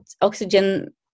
oxygen